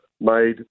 made